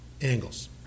angles